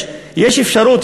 יש אפשרות,